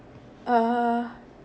uh